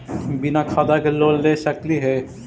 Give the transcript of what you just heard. बिना खाता के लोन ले सकली हे?